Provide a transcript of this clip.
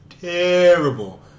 terrible